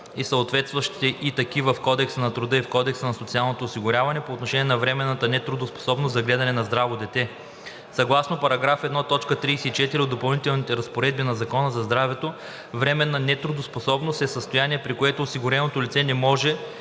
и съответстващите й такива в Кодекса на труда и в Кодекса за социалното осигуряване по отношение на временната неработоспособност за гледане на здраво дете. Съгласно § 1, т. 34 от Допълнителните разпоредби на Закона за здравето „Временна неработоспособност“ е състояние, при което осигуреното лице не може